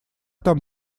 там